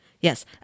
Yes